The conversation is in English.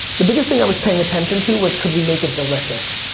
the biggest thing i was paying attention to was, could we make it delicious,